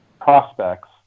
prospects